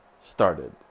started